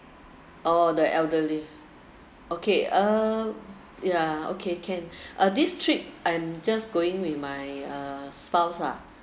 oh the elderly okay uh ya okay can uh this trip I'm just going with my uh spouse lah